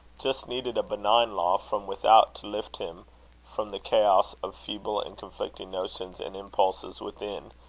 just needed a benign law from without, to lift him from the chaos of feeble and conflicting notions and impulses within,